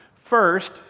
first